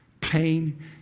pain